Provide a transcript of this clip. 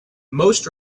most